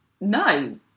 no